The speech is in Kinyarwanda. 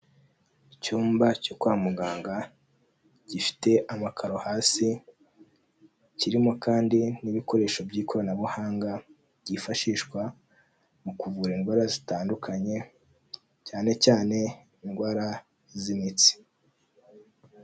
Icyumba cyo kwa muganga gifite amakaro hasi, kirimo kandi n'ibikoresho by'ikoranabuhanga byifashishwa mu kuvura indwara zitandukanye cyane cyane indwara z'imitsi.